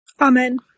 Amen